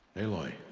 aloy.